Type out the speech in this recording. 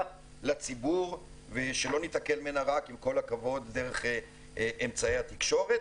לציבור ושלא ניתקל בה עם כל הכבוד דרך אמצעי התקשורת.